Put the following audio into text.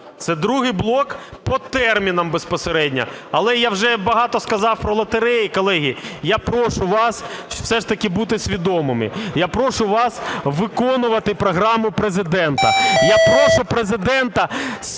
це другий блок по термінам безпосередньо. Але я вже багато сказав про лотереї, колеги, я прошу вас все ж таки бути свідомими. Я прошу вас виконувати програму Президента. Я прошу Президента